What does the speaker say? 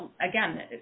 again